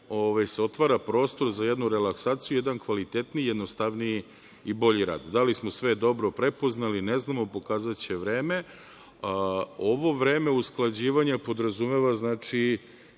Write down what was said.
se otvara prostor za jednu relaksaciju, jedan kvalitetniji i bolji rad. Da li smo sve dobro prepoznali, ne znamo, pokazaće vreme. Ovo vreme usklađivanja podrazumeva i